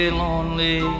lonely